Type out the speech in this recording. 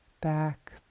back